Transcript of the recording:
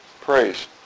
praise